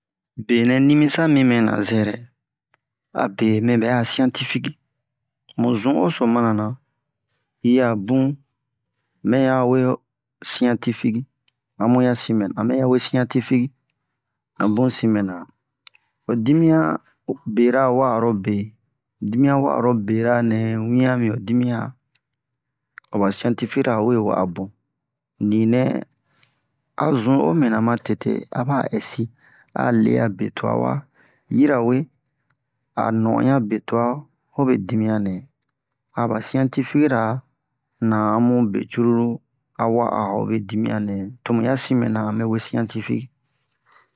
Benɛ nimisa mi mɛna zɛrɛ abe me bɛ'a siyantifiki mu zun'o so mana na yi'a bun mɛya we ho siyantifiki a bun ya sin mɛna a mɛya we ho siyantifiki a bun sin mɛna ho dimiyan bera wa'arobe ho dimiyan wa'arobera nɛ wiyan mi ho dimiyan ho ba siyantifikira we wa'a bun ninɛ a zun'o mina ma tete a ba ɛsi a le'a be twa wa yirawe a no'onɲa be twa hobe dimiyan nɛ a ba siyantifikira na amu be cururu a wa'a hobe dimiyan nɛ to muya sin mɛna ame we siyantifiki